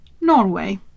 Norway